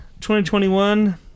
2021